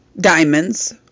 diamonds